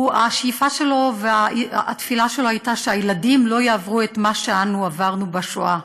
והשאיפה שלו והתפילה שלו היו שהילדים לא יעברו את מה שאנו עברנו בשואה,